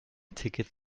ticket